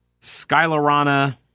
skylarana